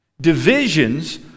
Divisions